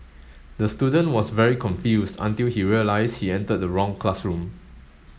the student was very confused until he realised he entered the wrong classroom